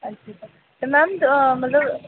अच्छा ते मैम मतलब